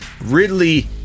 ridley